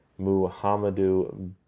Muhammadu